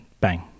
bang